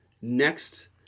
Next